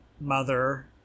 mother